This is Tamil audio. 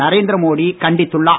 நரேந்திர மோடி கண்டித்துள்ளார்